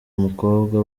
umukobwa